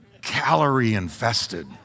calorie-infested